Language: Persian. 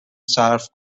صرف